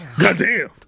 goddamn